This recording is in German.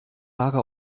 haare